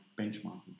benchmarking